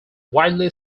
widely